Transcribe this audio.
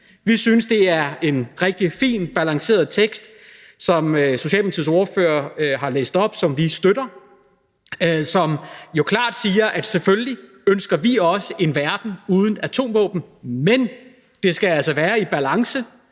Vi synes, det er en rigtig fin og balanceret tekst, som Socialdemokratiets ordfører har læst op, som vi støtter, og som jo klart siger, at selvfølgelig ønsker vi også en verden uden atomvåben, men det skal altså være i balance.